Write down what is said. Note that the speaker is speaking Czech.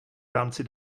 rámci